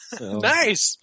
Nice